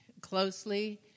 closely